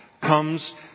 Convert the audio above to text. comes